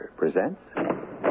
presents